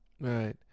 Right